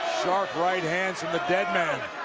sharp right hands from the deadman.